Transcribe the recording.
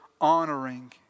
honoring